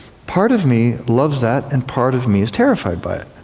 part of me loves that and part of me is terrified by it.